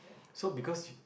so because